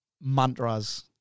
mantras